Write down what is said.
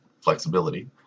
flexibility